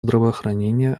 здравоохранение